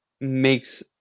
makes